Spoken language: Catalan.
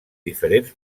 diferents